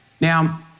Now